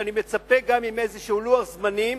ואני מצפה שתהיה גם עם איזה לוח זמנים,